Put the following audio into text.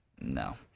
no